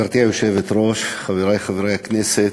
גברתי היושבת-ראש, חברי חברי הכנסת,